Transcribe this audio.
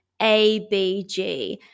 ABG